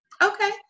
Okay